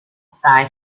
psi